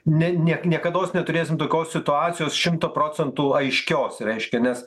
ne nie niekados neturėsim tokios situacijos šimtu procentų aiškios reiškia nes